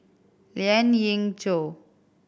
Lien Ying Chow